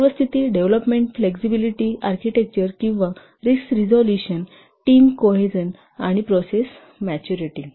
पूर्वस्थिती development flexibility architecture किंवा risk resolution team cohesion आणि process maturity